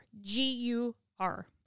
G-U-R